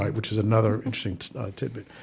which is another interesting tidbit